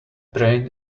brain